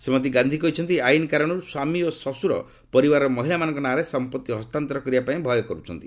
ଶ୍ରୀମତୀ ଗାନ୍ଧୀ କହିଛନ୍ତି ଏହି ଆଇନ କାରଣରୁ ସ୍ୱାମୀ ଓ ଶ୍ୱଶୁର ପରିବାରର ମହିଳାମାନଙ୍କ ନାଁରେ ସମ୍ପତ୍ତି ହସ୍ତାନ୍ତର କରିବା ପାଇଁ ଭୟ କରୁଛନ୍ତି